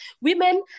Women